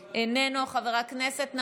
חבר הכנסת סימון דוידסון,